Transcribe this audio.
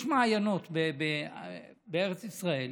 יש מעיינות בארץ ישראל,